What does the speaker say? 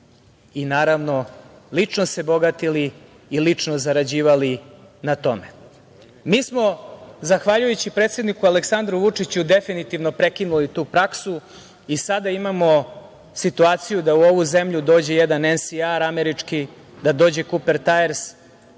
i, naravno, lično se bogatili i lično zarađivali na tome. Mi smo zahvaljujući predsedniku Aleksandru Vučiću definitivno prekinuli tu praksu i sada imamo situaciju da u ovu zemlju dođe jedan NCR američki, da dođe „Kuper tajers“,